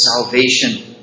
salvation